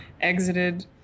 exited